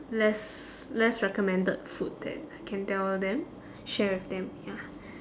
less less recommended food that I can tell them share with them ya